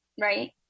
right